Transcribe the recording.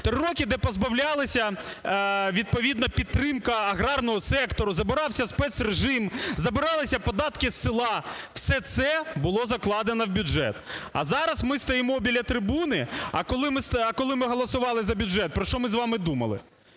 Три роки, де позбавлялися відповідно підтримка аграрного сектору, забирався спецрежим, забиралися податки з села. Все це було закладено в бюджет. А зараз ми стоїмо біля трибуни. А коли ми голосували за бюджет, про що ми з вами думали?